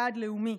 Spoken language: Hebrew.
כיעד לאומי.